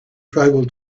tribal